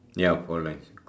ya correct